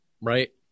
Right